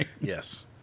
Yes